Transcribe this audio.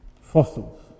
fossils